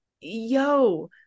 yo